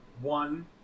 one